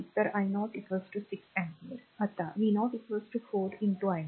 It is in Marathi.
तर i 0 6 अँपिअर आता v0 4 i 0